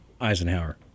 eisenhower